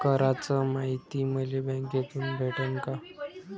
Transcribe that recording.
कराच मायती मले बँकेतून भेटन का?